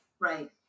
right